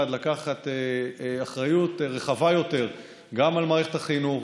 לקחת אחריות רחבה יותר גם על מערכת החינוך,